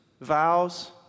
vows